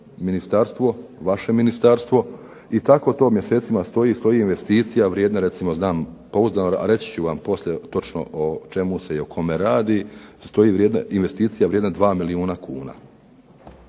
ministarstvo, vaše ministarstvo. I tako to mjesecima stoji, stoji investicija vrijedna recimo znam pouzdano, a reći ću vam poslije o čemu se i o kome se radi, stoji investicija vrijedna 2 milijuna kuna.